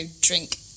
drink